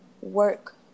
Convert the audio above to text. work